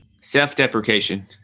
Self-deprecation